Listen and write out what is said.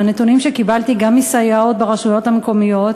מהנתונים שקיבלתי גם מסייעות ברשויות המקומיות